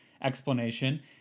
explanation